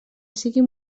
siguin